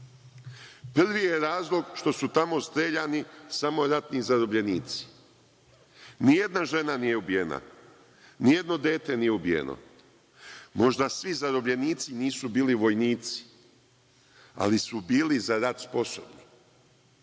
Prvi je razlog što su tamo streljani samo ratni zarobljenici. Nijedna žena nije ubijena. Nijedno dete nije ubijeno. Možda svi zarobljenici nisu bili vojnici, ali su bili za rat sposobni. Ja